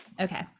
Okay